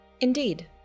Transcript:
Indeed